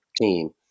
team